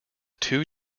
two